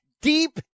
deep